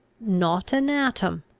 not an atom.